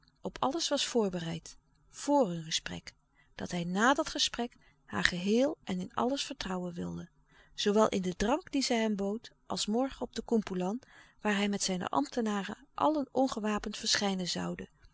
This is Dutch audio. op alles was voorbereid vor hun gesprek dat hij nà dat gesprek haar geheel en in alles vertrouwen wilde zoowel in den drank dien zij hem bood als morgen op de koempoelan waar hij met zijne ambtenaren allen ongewapend verschijnen zouden